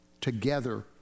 together